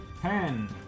Ten